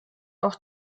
auch